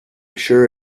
sure